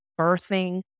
birthing